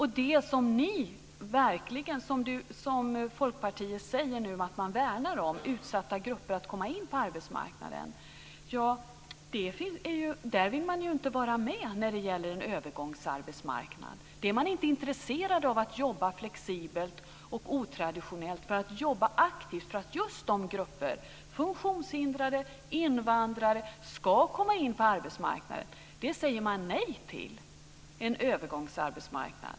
I fråga om det som ni i Folkpartiet verkligen säger att ni värnar om, att utsatta grupper ska komma in på arbetsmarknaden, vill ni inte vara med när det gäller en övergångsarbetsmarknad. Man är inte intresserad av att jobba flexibelt, otraditionellt och aktivt för att just dessa grupper, t.ex. funktionshindrade och invandrare, ska komma in på arbetsmarknaden. Det säger man nej till, alltså en övergångsarbetsmarknad.